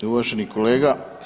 Uvaženi kolega.